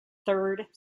third